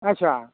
अच्छा